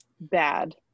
bad